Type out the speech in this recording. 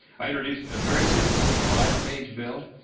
i introduced a very simple five-page bill.